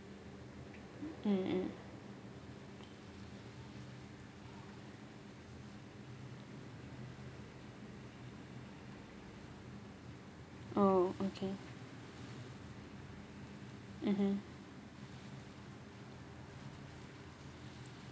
mm mm oh okay mmhmm